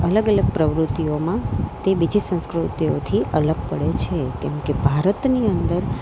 અલગ અલગ પ્રવૃત્તિઓમાં તે બીજી સંસ્કૃતિઓથી અલગ પડે છે કેમકે ભારતની અંદર